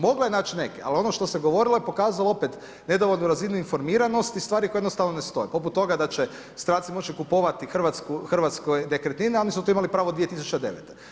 Mogla je naći neke, ali ono što se je govorilo je pokazalo opet nedovoljnu razinu informiranosti, stvari koje jednostavno ne stoje poput toga da će stranci moći kupovati hrvatske nekretnine, a oni su to imali pravo 2009.